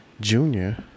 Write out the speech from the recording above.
Junior